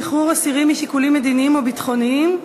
שחרור אסירים משיקולים מדיניים או ביטחוניים).